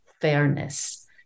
fairness